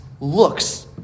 looks